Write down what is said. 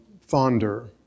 fonder